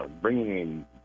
bringing